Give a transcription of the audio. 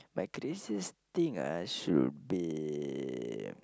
my craziest thing ah should be